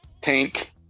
Tank